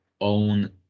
own